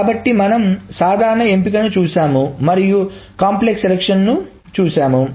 కాబట్టి మనం సాధారణ ఎంపికను చూశాము మరియు సంక్లిష్టమైన ఎంపికలను చూశాము